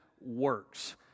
works